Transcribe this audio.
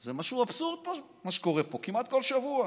זה אבסורד מה שקורה פה כמעט כל שבוע.